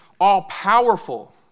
all-powerful